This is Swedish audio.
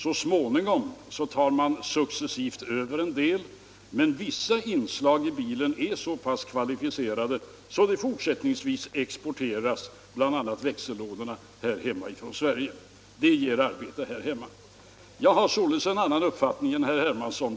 Så småningom tog man successivt över en del av tillverkningen i Säo Paulo, men vissa inslag i bilen är så pass kvalificerade, såsom exempelvis växellådorna, att de även fortsättningsvis importeras från Sverige. Det ger arbete åt folk här hemma. Jag har således en annan uppfattning än herr Hermansson.